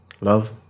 love